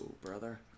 brother